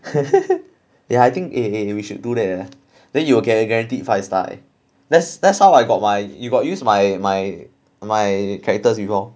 ya I think eh we should do that ah then you will get a guaranteed five star that's that's how I got my you got use my my my characters before